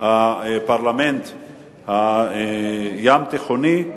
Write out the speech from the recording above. הפרלמנט הים-תיכוני,